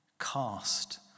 Cast